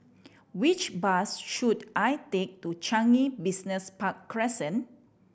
which bus should I take to Changi Business Park Crescent